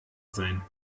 sein